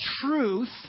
truth